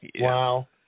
Wow